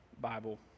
Bible